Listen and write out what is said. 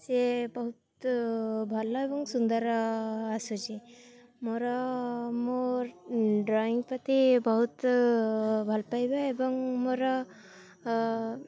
ସେ ବହୁତ ଭଲ ଏବଂ ସୁନ୍ଦର ଆସୁଛି ମୋର ମୋ ଡ୍ରଇଂ ପ୍ରତି ବହୁତ ଭଲପାଇବା ଏବଂ ମୋର